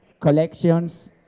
collections